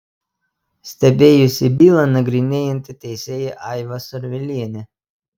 stebėjosi bylą nagrinėjanti teisėja aiva survilienė